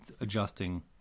adjusting